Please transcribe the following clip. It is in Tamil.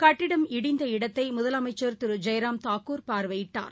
கட்டிடம் இடிந்த இடத்தைமுதலமைச்சர் திருஜெயராம் தாக்கூர் பார்வையிட்டார்